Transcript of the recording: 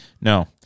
no